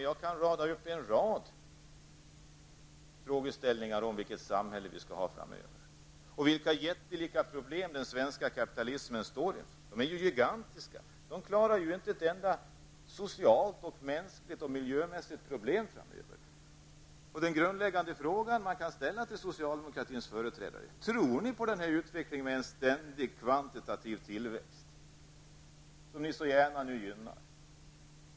Jag kan rada upp en rad frågeställningar om vilket samhälle vi skall ha framöver och vilka jättelika problem den svenska kapitalismen står inför. De är gigantiska. Man klarar inte ett enda socialt, mänskligt eller miljömässigt problem framöver. Den grundläggande fråga man kan ställa till socialdemokratins företrädare är: Tror ni på den här utvecklingen med en ständig kvantitativ tillväxt som ni så gärna gynnar?